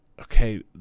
okay